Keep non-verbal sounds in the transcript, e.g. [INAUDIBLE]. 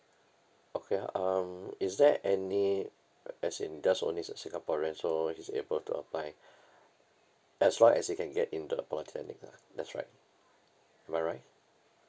okay ah um is there any a~ as in that's only he's a singaporean so he's able to apply [BREATH] as long as he can get into the polytechnic lah that's right am I right